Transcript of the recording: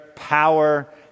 power